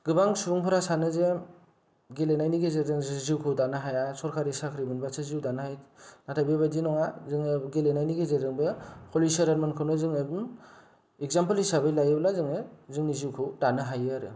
गोबां सुबुंफोरा सानो जे गेलेनायनि गेजेरजों जिउखौ दानो हाया सरखारि साख्रि मोनबासो जिउखौ दानो हायो नाथाय बेबायदि नङा जोङो गेलेनायनि गेजेरजोंबो हलिसरन मोनखौनो एकजामफोल हिसाबै लायोब्ला जोङो जोंनि जिउखौ दानो हायो आरो